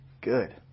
good